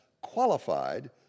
qualified